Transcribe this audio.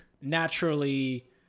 naturally